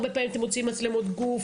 הרבה פעמים אתם מוציאים מצלמות גוף